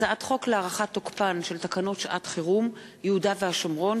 הצעת חוק להארכת תוקפן של תקנות שעת-חירום (יהודה והשומרון,